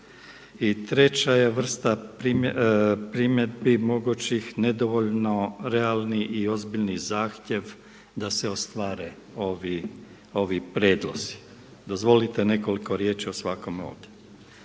treća je vrsta primjedbi mogućih nedovoljno realni i ozbiljni zahtjev da se ostvare ovi prijedlozi. Dozvolite nekoliko riječi o svakome ovdje.